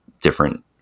different